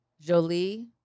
Jolie